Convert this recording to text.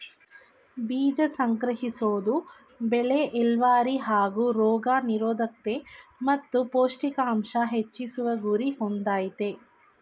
ಬೀಜ ಸಂಗ್ರಹಿಸೋದು ಬೆಳೆ ಇಳ್ವರಿ ಹಾಗೂ ರೋಗ ನಿರೋದ್ಕತೆ ಮತ್ತು ಪೌಷ್ಟಿಕಾಂಶ ಹೆಚ್ಚಿಸುವ ಗುರಿ ಹೊಂದಯ್ತೆ